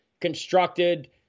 constructed